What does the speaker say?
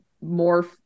more